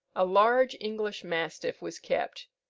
a large english mastiff was kept,